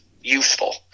useful